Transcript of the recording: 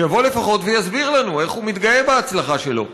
שיבוא לפחות ויסביר לנו איך הוא מתגאה בהצלחה שלו,